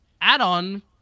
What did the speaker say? add-on